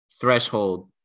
threshold